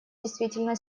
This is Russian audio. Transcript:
действительно